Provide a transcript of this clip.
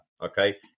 okay